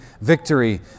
victory